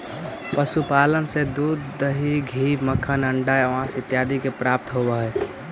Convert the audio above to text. पशुपालन से दूध, दही, घी, मक्खन, अण्डा, माँस इत्यादि के प्राप्ति होवऽ हइ